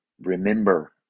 remember